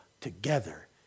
together